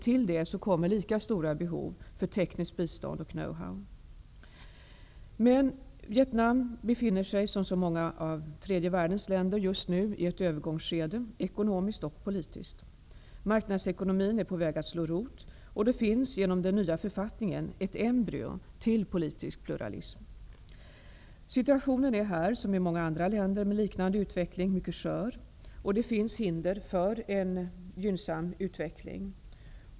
Till detta kommer lika stora behov för tekniskt bistånd och know-how. Vietnam, som så många andra av tredje världens länder, befinner sig just nu i ett övergångsskede, ekonomiskt och politiskt. Marknadsekonomin är på väg att slå rot, och det finns genom den nya författningen ett embryo till politisk pluralism. Situationen är här, som i många andra länder med liknande utveckling, mycket skör. Det finns hinder för en gynnsam utveckling.